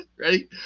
Ready